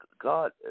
God